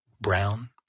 brown